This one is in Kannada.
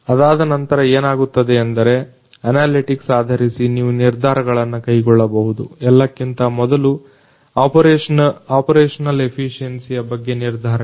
ಅದಾದನಂತರ ಏನಾಗುತ್ತದೆಯೆಂದರೆ ಅನಲಟಿಕ್ಸ ಆಧರಿಸಿ ನೀವು ನಿರ್ಧಾರಗಳನ್ನ ಕೈಗೊಳ್ಳಬಹುದು ಎಲ್ಲಕ್ಕಿಂತ ಮೊದಲು ಆಪರೇಷನಲ್ ಎಫಿಸಿಯೆನ್ಸಿಯ ಬಗ್ಗೆ ನಿರ್ಧಾರಗಳು